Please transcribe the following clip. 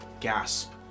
gasp